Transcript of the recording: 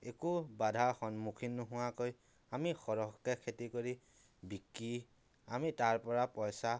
একো বাধাৰ সন্মুখীন নোহোৱাকৈ আমি সৰহকে খেতি কৰি বিকি আমি তাৰপৰা পইচা